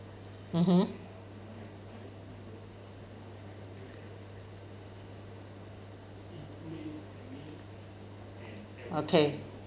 mmhmm okay